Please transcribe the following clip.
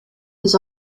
his